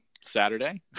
Saturday